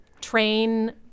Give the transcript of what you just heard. train